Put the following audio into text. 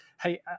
hey